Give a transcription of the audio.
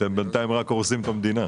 בינתיים אתם רק הורסים את המדינה.